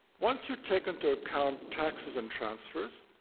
once you take into account taxes and transfers,